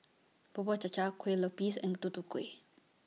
Bubur Cha Cha Kue Lupis and Tutu Kueh